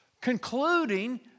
Concluding